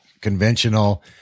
conventional